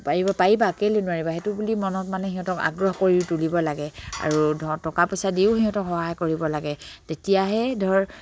পাৰিব পাৰিবা কেলে নোৱাৰিবা সেইটো বুলি মনত মানে সিহঁতক আগ্ৰহ কৰি তুলিব লাগে আৰু ধৰ টকা পইচা দিও সিহঁতক সহায় কৰিব লাগে তেতিয়াহে ধৰ